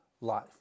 life